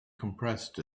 compressed